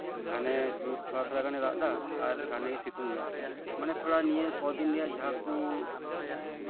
ᱜᱷᱟᱱᱮ ᱛᱷᱚᱲᱟ ᱛᱷᱲᱟ ᱜᱟᱱᱮ ᱫᱟᱜ ᱫᱟ ᱟᱨ ᱜᱷᱟᱱᱮ ᱥᱤᱛᱩᱝ ᱮᱫᱟ ᱢᱟᱱᱮ ᱛᱷᱚᱲᱟ ᱱᱤᱭᱟᱹ ᱠᱚᱫᱤᱱ ᱨᱮᱭᱟᱜ ᱡᱟᱦᱟᱸ ᱠᱚ